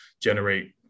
generate